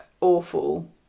awful